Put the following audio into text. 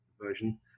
version